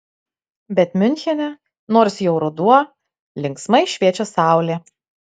bet miunchene nors jau ruduo linksmai šviečia saulė